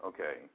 Okay